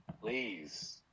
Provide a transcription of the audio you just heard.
please